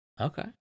Okay